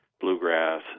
bluegrass